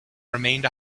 remained